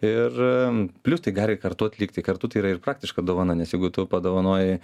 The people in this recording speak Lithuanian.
ir plius tai gali kartu atlikti kartu tai yra ir praktiška dovana nes jeigu tu padovanojai